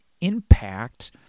impact